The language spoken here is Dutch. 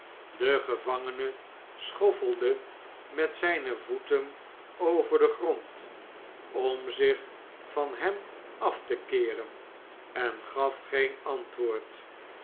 de gevangene schoffelde met zijne voeten over den grond om zich van hem af te keeren en gaf geen antwoord